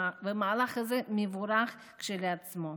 המהלך הזה מבורך כשלעצמו,